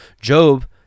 Job